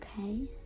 okay